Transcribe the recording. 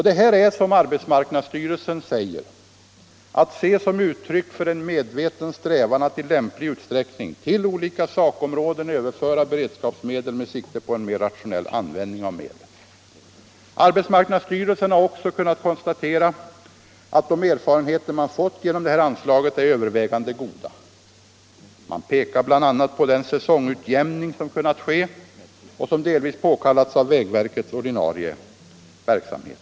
Detta är — som ar betsmarknadsstyrelsen framhållit — att se som uttryck för en medveten strävan att i lämplig utsträckning till olika sakområden överföra beredskapsmedel med sikte på en mera rationell användning av dessa. Arbetsmarknadsstyrelsen har också kunnat konstatera att de erfarenheter man fått genom detta anslag är övervägande goda. Man pekar bl.a. på den säsongutjämning som kunnat ske och som delvis påkallats av vägverkets ordinarie verksamhet.